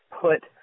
put